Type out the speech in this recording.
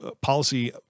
policy